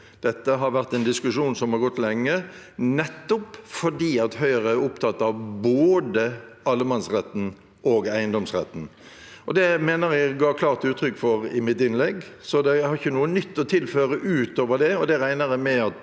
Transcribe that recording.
Dette er en diskusjon som har gått lenge, nettopp fordi Høyre er opptatt av både allemannsretten og eiendomsretten. Det mener jeg at jeg ga klart uttrykk for i mitt innlegg. Jeg har ikke noe nytt å tilføre utover det, og det regner jeg med at